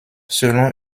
selon